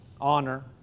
honor